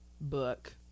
book